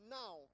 now